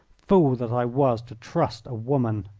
fool that i was to trust a woman!